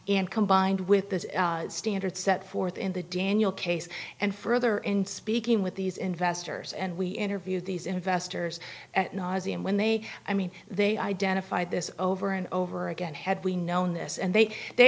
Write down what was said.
and combined with this standard set forth in the daniel case and further in speaking with these investors and we interviewed these investors at nauseum when they i mean they identified this over and over again had we known this and they they